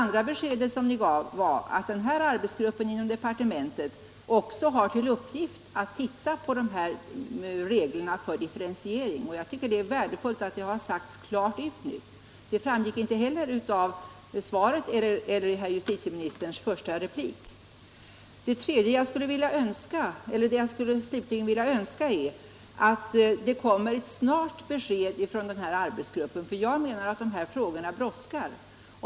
För det andra gav Ni beskedet att arbetsgruppen inom departementet också har till uppgift att titta på reglerna för differentiering. Jag tycker att det är värdefullt att det nu har sagts klart ut; det framgick inte heller av svaret eller av herr justitieministerns första replik. Vad jag slutligen skulle önska är att det kommer ett snart besked från arbetsgruppen, för jag menar att de här frågorna brådskar.